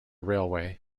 railway